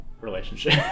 relationship